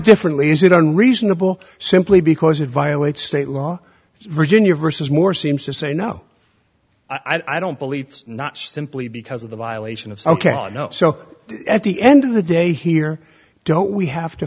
differently is it on reasonable simply because it violates state law virginia vs more seems to say no i don't believe not simply because of the violation of so ok so at the end of the day here don't we have to